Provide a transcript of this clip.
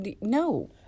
no